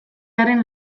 aren